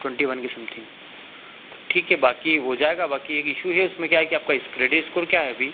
twenty one के something तो ठीक है बाकी हो जाएगा बाकी एक ईशू है उसमें क्या है कि आपका क्रेडिट इस्कोर क्या है अभी